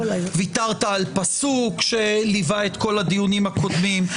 ויתרת על פסוק שליווה את כל הדיונים הקודמים.